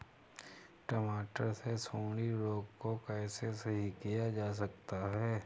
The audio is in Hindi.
टमाटर से सुंडी रोग को कैसे सही किया जा सकता है?